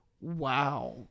wow